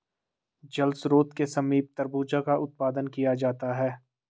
जल स्रोत के समीप तरबूजा का उत्पादन किया जाता है